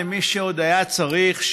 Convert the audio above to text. למי שעוד היה צריך,